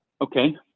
Okay